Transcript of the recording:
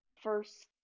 first